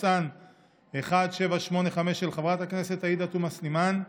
של חברת עאידה תומא סלימאן,